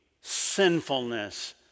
sinfulness